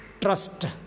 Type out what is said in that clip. trust